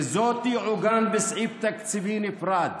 וזה יעוגן בסעיף תקציבי נפרד.